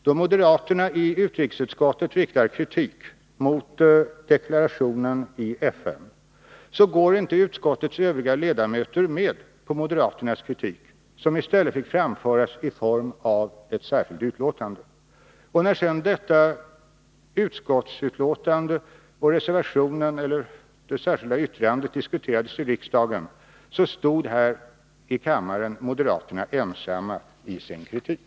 Då moderaterna i utrikesutskottet riktar kritik mot deklarationen i FN, går inte utskottets övriga ledamöter med på moderaternas kritik, som i stället får framföras i form av ett särskilt yttrande. När sedan utskottets betänkande och det särskilda yttrandet diskuterades i riksdagen stod moderaterna här i kammaren ensamma i sin kritik.